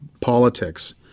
politics